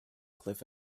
cliff